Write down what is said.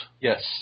Yes